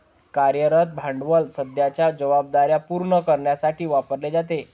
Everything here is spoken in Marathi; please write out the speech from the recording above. कार्यरत भांडवल सध्याच्या जबाबदार्या पूर्ण करण्यासाठी वापरले जाते